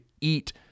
eat